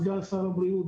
סגן שר הבריאות,